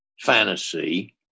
fantasy